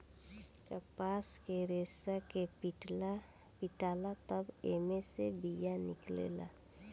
कपास के रेसा के पीटाला तब एमे से बिया निकलेला